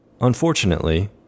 Unfortunately